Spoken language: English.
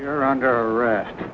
you're under arrest